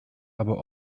aber